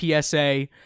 PSA